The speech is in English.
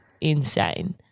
insane